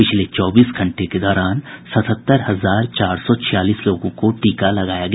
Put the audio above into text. पिछले चौबीस घंटे के दौरान सतहत्तर हजार चार सौ छियालीस लोगों को टीका लगाया गया